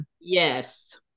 yes